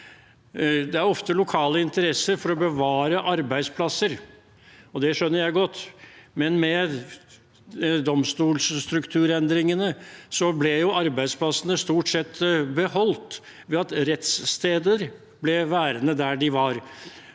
Det er ofte lokale interesser for å bevare arbeidsplasser, og det skjønner jeg godt. Med domstolstrukturendringene ble arbeidsplassene stort sett beholdt ved at rettssteder ble værende der de var,